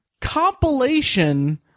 compilation